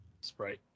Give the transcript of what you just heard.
Sprite